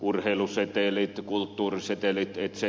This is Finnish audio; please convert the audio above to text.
urheilusetelit kulttuurisetelit etc